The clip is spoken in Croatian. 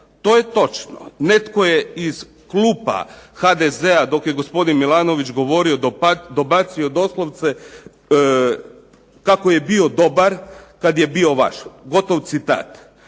To je točno. Netko je iz klupa HDZ-a, dok je gospodin Milanović govorio dobacio doslovce kako je bio dobar kad je bio vaš, gotov citat.